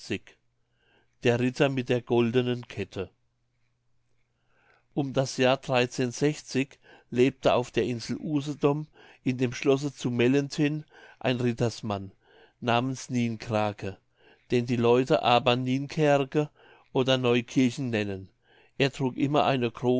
der ritter mit der goldenen kette um das jahr lebte auf der insel usedom in dem schlosse zu mellenthin ein rittersmann namens nienkrake den die leute aber jetzt nienkerke oder neukirchen nennen er trug immer eine